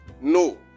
No